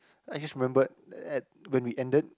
I just remembered at when we ended